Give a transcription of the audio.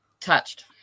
touched